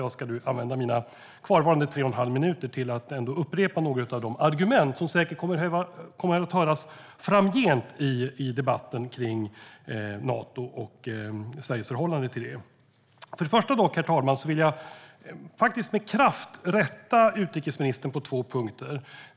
Jag ska nu använda min kvarvarande talartid på tre och en halv minut till att upprepa några av de argument som säkert kommer att höras framgent i debatten kring Nato och Sveriges förhållande till det. Först och främst, herr talman, vill jag dock med kraft rätta utrikesministern på några punkter.